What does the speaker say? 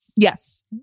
Yes